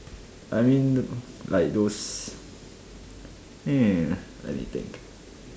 I mean like those hmm let me think